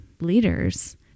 leaders